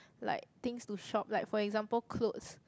like things to shop like for example clothes